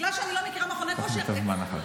בגלל שאני לא מכירה מכוני כושר --- קח לי את הזמן אחר כך.